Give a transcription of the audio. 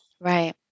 Right